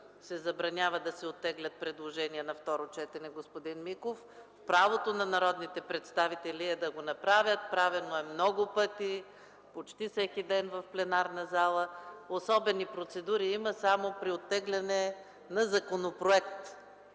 се забранява да се оттеглят предложения на второ четене, господин Миков. Правото на народните представители е да го направят. Правено е много пъти, почти всеки ден в пленарната зала. Особени процедури има само при оттегляне на законопроект